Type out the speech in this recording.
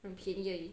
很便宜而已